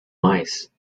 mice